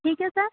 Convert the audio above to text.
ठीक है सर